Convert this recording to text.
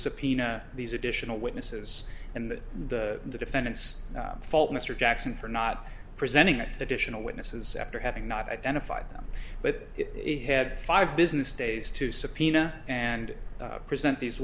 subpoena these additional witnesses and the defendant's fault mr jackson for not presenting additional witnesses after having not identified them but it had five business days to subpoena and present these